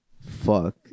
fuck